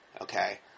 Okay